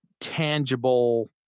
tangible